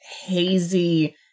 hazy